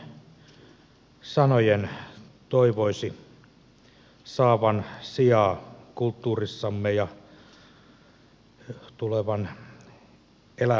näiden sanojen toivoisi saavan sijaa kulttuurissamme ja tulevan eläväksi todellisuudeksi